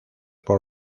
por